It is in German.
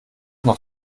noch